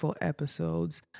episodes